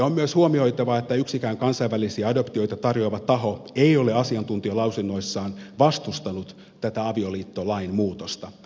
on myös huomioitava että yksikään kansainvälisiä adoptioita tarjoava taho ei ole asiantuntijalausunnoissaan vastustanut tätä avioliittolain muutosta